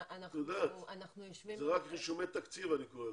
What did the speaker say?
אני קורא לזה רק רישומי תקציב.